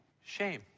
shame